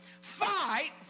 Fight